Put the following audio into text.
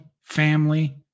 family